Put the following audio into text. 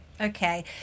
Okay